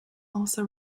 also